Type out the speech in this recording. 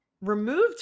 removed